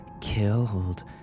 killed